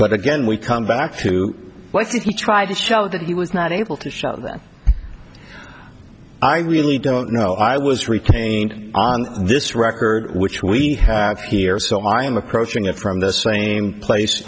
but again we come back to what you tried to show that he was not able to show that i really don't know i was retaining this record which we have here so i am approaching it from the same place